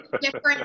different